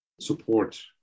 support